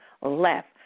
left